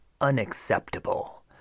unacceptable